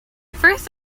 first